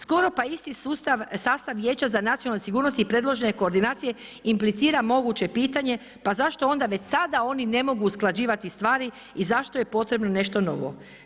Skoro pa isti sastav Vijeća za nacionalnu sigurnost i predložene koordinacije, implicira moguće pitanje pa zašto onda već sada oni ne mogu usklađivati stvari i zašto je potrebno nešto novo?